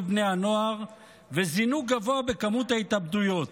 בני הנוער וזינוק גבוה בכמות ההתאבדויות,